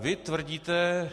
Vy tvrdíte...